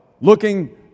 looking